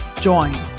join